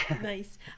Nice